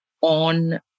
on